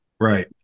Right